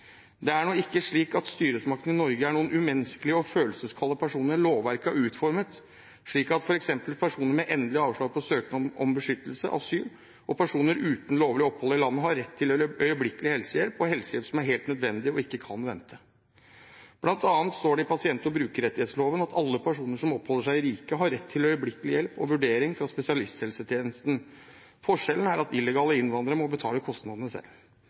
Det er nå ikke slik at styresmaktene i Norge er noen umenneskelige og følelseskalde personer lovverket har utformet, f.eks. har personer med endelig avslag på søknad om beskyttelse, asyl, og personer uten lovlig opphold i landet rett til øyeblikkelig helsehjelp og helsehjelp som er helt nødvendig og ikke kan vente. Blant annet står det i pasient- og brukerrettighetsloven at alle personer som oppholder seg i riket, har rett til øyeblikkelig hjelp og vurdering fra spesialisthelsetjenesten. Forskjellen er at illegale innvandrere må betale kostnadene selv.